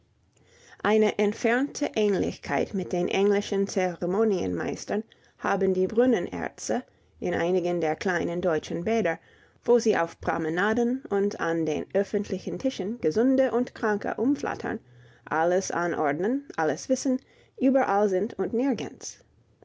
eine entfernte ähnlichkeit mit den englischen zeremonienmeistern haben die brunnenärzte in einigen der kleinen deutschen bäder wo sie auf promenaden und an den öffentlichen tischen gesunde und kranke umflattern alles anordnen alles wissen überall sind und nirgends